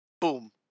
boom